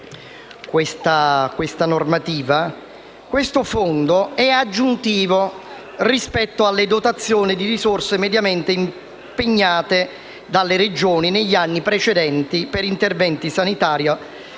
questa normativa «è aggiuntivo alle dotazioni di risorse mediamente impegnate dalle Regioni negli anni precedenti per interventi sanitari,